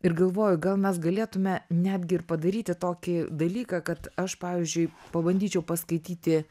ir galvoju gal mes galėtume netgi ir padaryti tokį dalyką kad aš pavyzdžiui pabandyčiau paskaityti